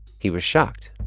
he was shocked.